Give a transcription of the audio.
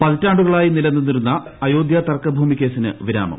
പതിറ്റാണ്ടുകളായി നിലനിന്നിരുന്ന അയോധൃ തർക്ക ഭൂമി കേസിന് വിരാമം